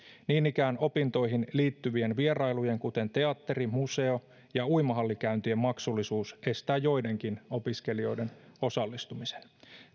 niin ikään opintoihin liittyvien vierailujen kuten teatteri museo ja uimahallikäyntien maksullisuus estää joidenkin opiskelijoiden osallistumisen